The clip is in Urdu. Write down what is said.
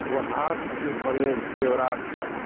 وہ ہاتھ سے بنے زیورات کا ہے